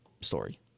Story